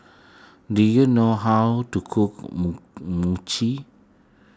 do you know how to cook Mochi